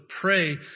pray